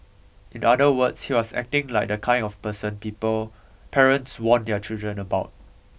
in other words he was acting like the kind of person people parents warn their children about